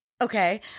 okay